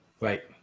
right